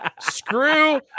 Screw